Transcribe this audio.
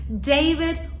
David